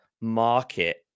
market